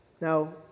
Now